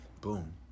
Boom